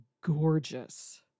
gorgeous